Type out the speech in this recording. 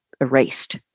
erased